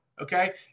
Okay